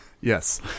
Yes